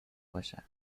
باشن